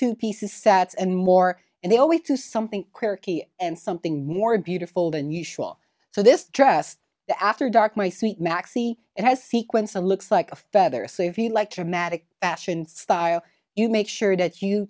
two pieces sets and more and they always do something and something more beautiful than usual so this dress after dark my sweet maxi has sequence and looks like a feather so if you like traumatic fashion style you make sure that you